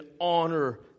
honor